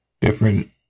different